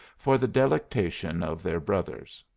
for the delectation of their brothers.